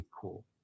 cool